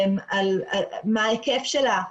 מה ההיקף שלה.